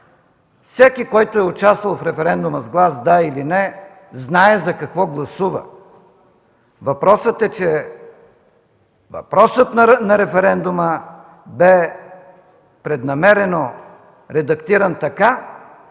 всеки, който е участвал в референдума с глас „да” или „не”, знае за какво гласува. Въпросът е, че въпросът на референдума бе преднамерено редактиран така,